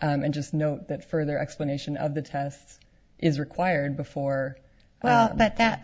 and then just know that further explanation of the tests is required before well that that